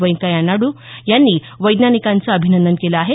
व्यंकैया नायड्र यांनी वैज्ञानिकांचं अभिनंदन केलं आहे